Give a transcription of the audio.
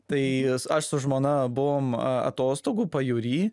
tai aš su žmona buvom a atostogų pajūry